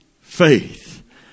faith